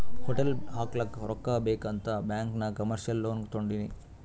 hotel ಹಾಕ್ಲಕ್ ರೊಕ್ಕಾ ಬೇಕ್ ಅಂತ್ ಬ್ಯಾಂಕ್ ನಾಗ್ ಕಮರ್ಶಿಯಲ್ ಲೋನ್ ತೊಂಡಿನಿ